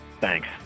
Thanks